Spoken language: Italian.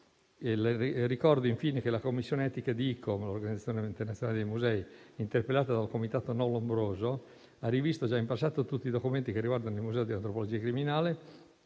Ricordo infine che la commissione etica dell'Organizzazione internazionale dei musei (ICOM), interpellata dal Comitato no Lombroso, ha rivisto già in passato tutti i documenti che riguardano il museo di antropologia criminale,